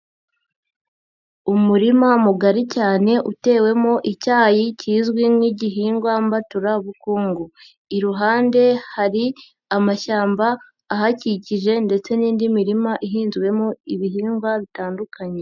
umurima mugari cyane, utewemo icyayi kizwi nk'igihingwa mbaturabukungu. iruhande hari amashyamba ahakikije ndetse n'indi mirima ihinzwemo ibihingwa bitandukanye.